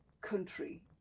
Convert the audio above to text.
country